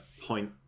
point